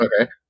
Okay